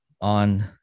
on